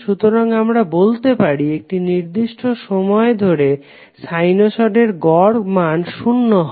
সুতরাং আমরা বলতে পারি একটি নির্দিষ্ট সময় ধরে সাইনোসডের গড় মান শূন্য হয়